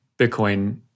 Bitcoin